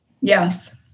Yes